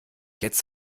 jetzt